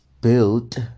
built